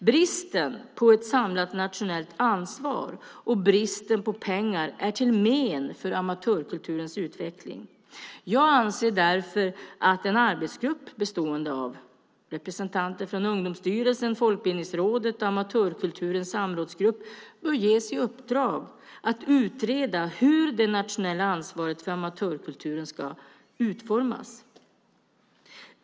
Bristen på ett samlat nationellt ansvar och bristen på pengar är till men för amatörkulturens utveckling. Jag anser därför att en arbetsgrupp bestående av representanter från Ungdomsstyrelsen, Folkbildningsrådet och Amatörkulturens samrådsgrupp bör ges i uppdrag att utreda hur det nationella ansvaret för amatörkulturen ska utformas.